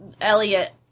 Elliot